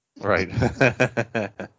Right